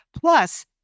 plus